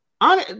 on